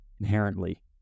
inherently